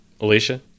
alicia